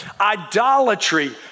idolatry